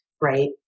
Right